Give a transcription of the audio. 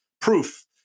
proof